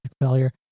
failure